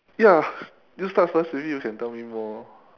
ya you start first maybe you can tell me more